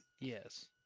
Yes